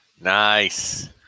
Nice